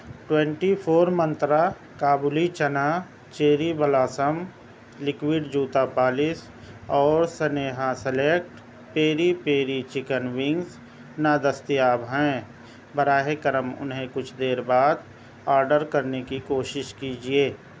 twenty four Myntra kabuli chana cherry blossom liquid جوتا polish اور Sneha select peri peri chicken wings نادستیاب ہیں براہ کرم انہیں کچھ دیر بعد آرڈر کرنے کی کوشش کیجیے